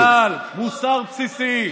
דאגה לכלל, מוסר בסיסי.